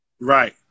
Right